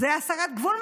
זה הסגת גבול,